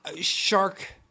Shark